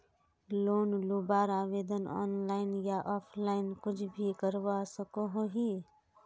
Loan लुबार आवेदन online या ऑफलाइन कुछ भी करवा सकोहो ही?